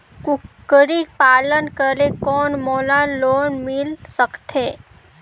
कूकरी पालन करे कौन मोला लोन मिल सकथे?